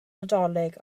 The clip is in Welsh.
nadolig